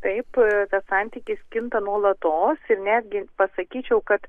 taip tas santykis kinta nuolatos ir netgi pasakyčiau kad